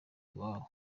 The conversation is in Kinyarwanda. iwabo